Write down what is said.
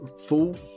full